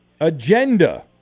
agenda